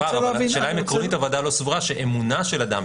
השאלה אם עקרונית הוועדה לא סבורה שאמונה של אדם,